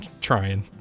trying